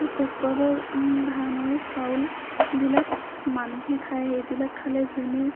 ককোৱা বাও ধানৰ চাউল বিলাক মানুহে খায় সেইবিলাক খালে যেনে